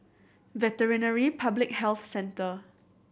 Veterinary Public Health Centre